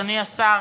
אדוני השר,